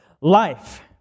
life